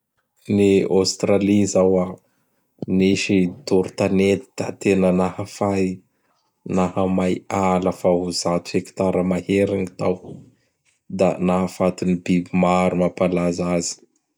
Ny Australie zao a! Nisy doro-tanety da tena nahafay nahamay ala fa ho zato hektara mahery gn tao. Da nahafaty biby maro mapalaza azy.